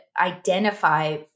identify